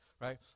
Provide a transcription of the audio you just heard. right